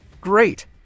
Great